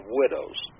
widows